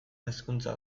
hizkuntza